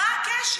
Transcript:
מה הקשר?